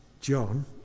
John